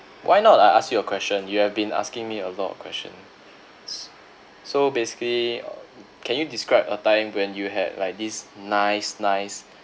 why not I ask you a question you have been asking me a lot of question so basically uh can you describe a time when you had like this nice nice